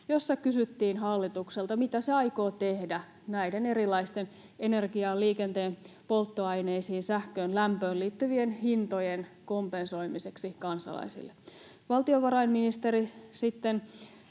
jossa kysyttiin hallitukselta, mitä se aikoo tehdä näiden erilaisten energiaan, liikenteen polttoaineisiin, sähköön ja lämpöön liittyvien hintojen kompensoimiseksi kansalaisille. Valtiovarainministeri sitten